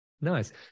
Nice